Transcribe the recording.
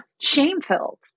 shame-filled